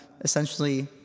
essentially